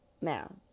Now